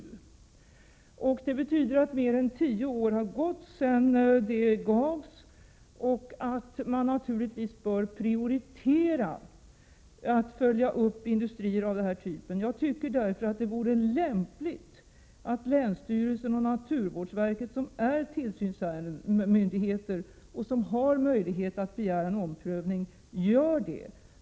Det betyder attmer 30 maj 1988 än ti i id , och bör: EE än tio år har gått sedan detta tillstånd gavs, och man g Orspåljöskyddet vid prioritera en uppföljning av industrier av FenaR typ: Det vore därför lämpligt Nobel Industde att länsstyrelsen och naturvårdsverket, som är tillsynsmyndigheter och som T8tockvik har möjlighet att begära en omprövning, gör det.